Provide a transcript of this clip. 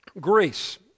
grace